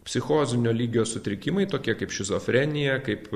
psichozinio lygio sutrikimai tokie kaip šizofrenija kaip